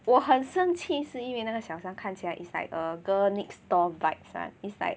我很生气是因为那个小三看起来 is like a girl next door vibes [one] it's like